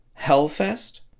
Hellfest